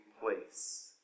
place